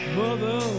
mother